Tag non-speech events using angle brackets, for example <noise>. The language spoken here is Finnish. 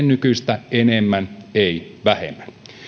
<unintelligible> nykyistä enemmän ei vähemmän